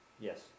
Yes